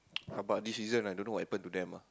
!huh! but this season don't know what happen to them ah